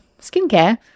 skincare